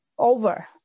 over